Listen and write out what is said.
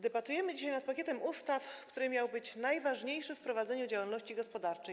Debatujemy dzisiaj nad pakietem ustaw, który miał być najważniejszy w prowadzeniu działalności gospodarczej.